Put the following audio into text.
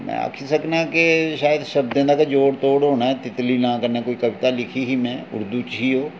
में आक्खी सकना कि शैद शब्दें दा गै जोड़ तोड़ होना तितली नांऽ कन्नै कोई कविता लिखी ही में उर्दू च ही ओह्